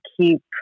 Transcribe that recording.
keep